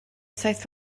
saith